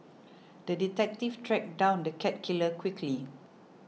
the detective tracked down the cat killer quickly